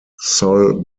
sol